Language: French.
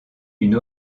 une